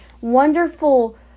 wonderful